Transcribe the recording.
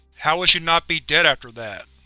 how would she not be dead after that?